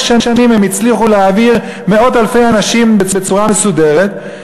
שנים הם הצליחו להעביר מאות אלפי אנשים בצורה מסודרת.